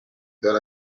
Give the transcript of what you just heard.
then